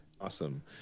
Awesome